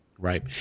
Right